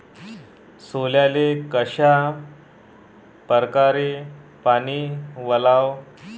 सोल्याले कशा परकारे पानी वलाव?